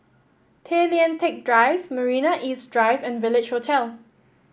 Tay Lian Teck Drive Marina East Drive and Village Hotel